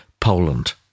Poland